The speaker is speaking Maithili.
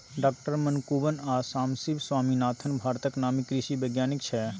डॉ मनकुंबन आ सामसिब स्वामीनाथन भारतक नामी कृषि बैज्ञानिक छै